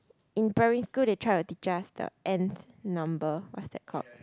in primary school they tried to teach us the Nth number what is that called